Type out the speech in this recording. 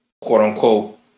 quote-unquote